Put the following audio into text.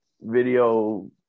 video